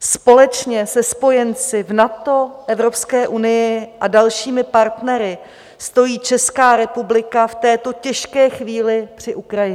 Společně se spojenci v NATO, v Evropské unii a dalšími partnery stojí Česká republika v této těžké chvíli při Ukrajině.